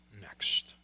next